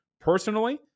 Personally